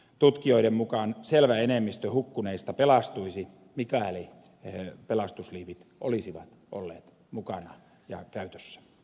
tutkijoiden mukaan selvä enemmistö hukkuneista pelastuisi mikäli pelastusliivit olisivat olleet mukana ja käytössä